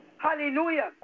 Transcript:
Hallelujah